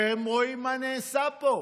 והם רואים מה נעשה פה.